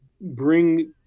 bring